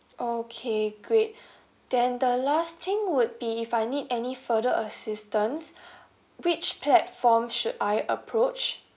okay great then the last thing would be if I need any further assistance which platform should I approach